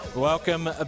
Welcome